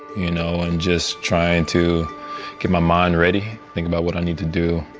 you know, and just trying to get my mind ready, think about what i need to do,